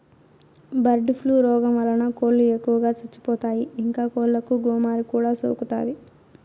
bird flu రోగం వలన కోళ్ళు ఎక్కువగా చచ్చిపోతాయి, ఇంకా కోళ్ళకు గోమారి కూడా సోకుతాది